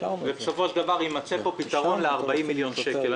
ובסופו של דבר יימצא פה פתרון ל-40 מיליון שקל.